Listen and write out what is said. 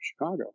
Chicago